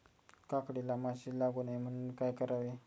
काकडीला माशी लागू नये म्हणून काय करावे?